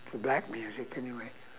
to black music anyway